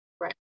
Right